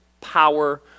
power